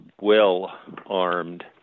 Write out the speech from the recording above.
well-armed